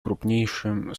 крупнейшим